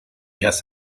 has